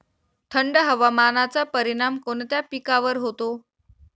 थंड हवामानाचा परिणाम कोणत्या पिकावर होतो?